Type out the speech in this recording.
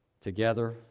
together